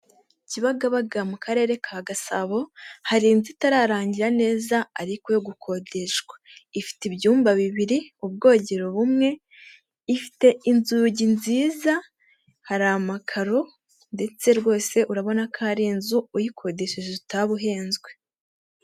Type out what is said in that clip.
Kibagabaga mu Karere ka Gasabo, hari inzu itararangira neza ariko yo gukodeshwa, ifite ibyumba bibiri, ubwogero bumwe, ifite inzugi nziza, hari amakaro ndetse rwose urabona ko ari inzu uyikodesheje utaba uhezwe.